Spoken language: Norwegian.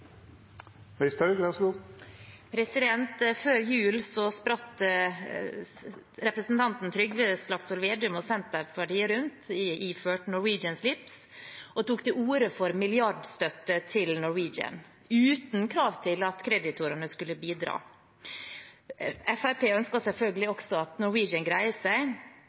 Senterpartiet rundt iført Norwegian-slips og tok til orde for milliardstøtte til Norwegian, uten krav til at kreditorene skulle bidra. Fremskrittspartiet ønsker selvfølgelig også at Norwegian greier seg,